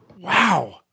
Wow